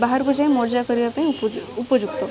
ବାହାରକୁ ଯାଇ ମଜା କରିବା ପାଇଁ ଉପଯୁ ଉପଯୁକ୍ତ